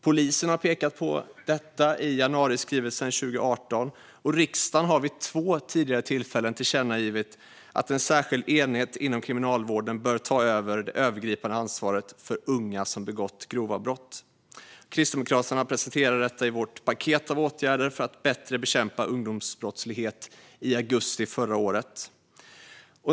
Polisen har pekat på detta i januariskrivelsen 2018, och riksdagen har vid två tidigare tillfällen tillkännagett att en särskild enhet inom Kriminalvården bör ta över det övergripande ansvaret för unga som begått grova brott. Vi kristdemokrater presenterade detta i vårt paket av åtgärder i augusti förra året för att bättre bekämpa ungdomsbrottslighet.